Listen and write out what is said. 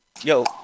Yo